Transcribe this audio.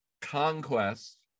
conquest